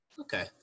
Okay